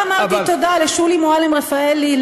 לא אמרתי תודה לשולי מועלם-רפאלי,